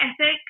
ethic